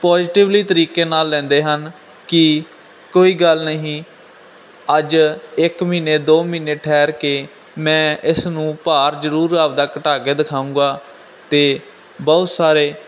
positively ਤਰੀਕੇ ਨਾਲ ਲੈਂਦੇ ਹਨ ਕੀ ਕੋਈ ਗੱਲ ਨਹੀਂ ਅੱਜ ਇਕ ਮਹੀਨੇ ਦੋ ਮਹੀਨੇ ਠਹਿਰ ਕੇ ਮੈਂ ਇਸ ਨੂੰ ਭਾਰ ਜ਼ਰੂਰ ਆਪਣਾ ਘਟਾ ਕੇ ਦਿਖਾਉਂਗਾ ਅਤੇ ਬਹੁਤ ਸਾਰੇ